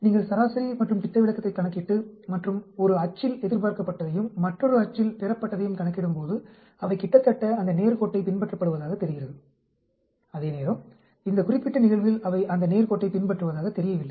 எனவே நீங்கள் சராசரி மற்றும் திட்ட விலக்கத்தைக் கணக்கிட்டு மற்றும் ஒரு அச்சில் எதிர்பார்க்கப்பட்டதையும் மற்றொரு அச்சில் பெறப்பட்டதையும் கணக்கிடும்போது அவை கிட்டத்தட்ட அந்த நேர் கோட்டைப் பின்பற்றப்படுவதாகத் தெரிகிறது அதே நேரம் இந்த குறிப்பிட்ட நிகழ்வில் அவை அந்த நேர் கோட்டைப் பின்பற்றுவதாகத் தெரியவில்லை